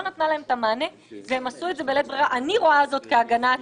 לא נתנה להן את המענה ואני רואה זאת כהגנה עצמית.